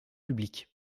publics